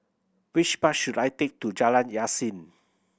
which bus should I take to Jalan Yasin